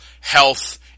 health